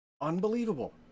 Unbelievable